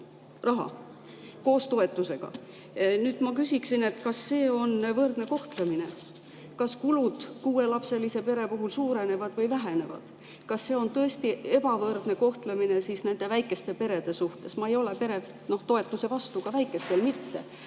kanti, koos toetusega. Nüüd ma küsin, kas see on võrdne kohtlemine. Kas kulud kuuelapselise pere puhul suurenevad või vähenevad? Kas see on tõesti ebavõrdne kohtlemine nende väikeste perede suhtes? Ma ei ole peretoetuse vastu, ka väikeste puhul mitte.